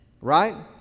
right